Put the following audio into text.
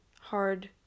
hard